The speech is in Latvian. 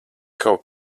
kaut